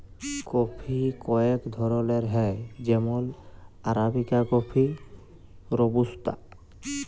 coffee কয়েক ধরলের হ্যয় যেমল আরাবিকা কফি, রবুস্তা